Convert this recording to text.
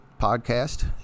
podcast